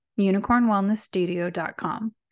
unicornwellnessstudio.com